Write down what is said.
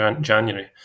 January